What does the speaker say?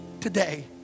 today